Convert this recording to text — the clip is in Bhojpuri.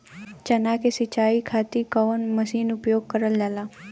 चना के सिंचाई खाती कवन मसीन उपयोग करल जाला?